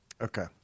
Okay